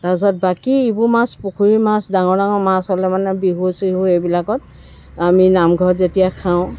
তাৰপাছত বাকী ইবোৰ মাছ পুখুৰীৰ মাছ ডাঙৰ ডাঙৰ মাছ হ'লে মানে বিহু চিহু এইবিলাকত আমি নামঘৰত যেতিয়া খাওঁ